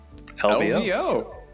LVO